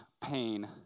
pain